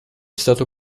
stato